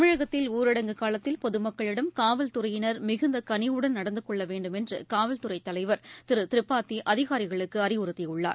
தமிழகத்தில் ஊரடங்கு காலத்தில் பொதுமக்களிடம் காவல்துறையினர் மிகுந்தகனிவுடன் நடந்துகொள்ளவேண்டும் என்றுகாவல்துறைதலைவர் திருதிரிபாதிஅதிகாரிகளுக்குஅறிவுறுத்தியுள்ளார்